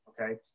Okay